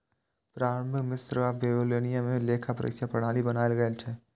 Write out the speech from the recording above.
प्रारंभिक मिस्र आ बेबीलोनिया मे लेखा परीक्षा प्रणाली बनाएल गेल रहै